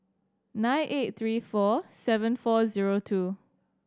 nine eight three four seven four zero two